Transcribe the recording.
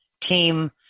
team